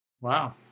wow